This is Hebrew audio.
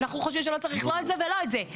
אנחנו חושבים שלא צריך לא את זה ולא את זה.